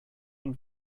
und